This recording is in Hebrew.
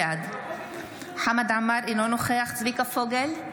בעד חמד עמאר, אינו נוכח צביקה פוגל,